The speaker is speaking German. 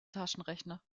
taschenrechner